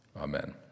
Amen